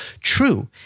True